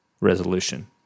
resolution